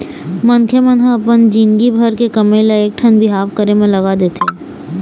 मनखे मन ह अपन जिनगी भर के कमई ल एकठन बिहाव करे म लगा देथे